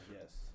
yes